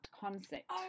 concept